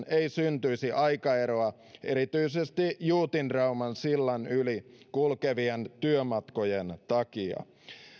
ei syntyisi aikaeroa erityisesti juutinrauman sillan yli kulkevien työmatkojen takia